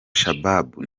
shabaab